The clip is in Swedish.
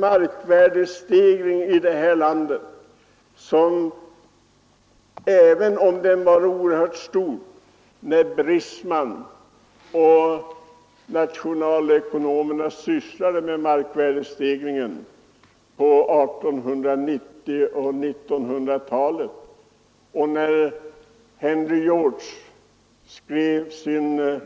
Markvärdestegringen var oerhört kraftig när Brisman jämte andra nationalekonomer sysslade med markvärdestegringen vid sekelskiftet och Henry George skrev sin